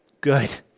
Good